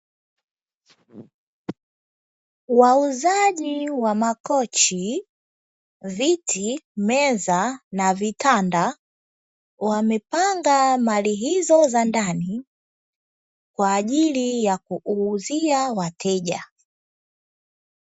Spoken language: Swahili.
Wauzaji wa makochi, viti, meza na vitanda wamepanga mali hizo za ndani kwaajili ya kuuzia wateja.